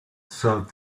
thought